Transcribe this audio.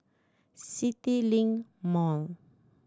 CityLink Mall